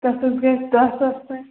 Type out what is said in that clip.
تَتھ حظ گَژھِہ دَہ ساس تانۍ